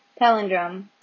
Palindrome